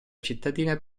cittadina